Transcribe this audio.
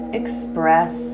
express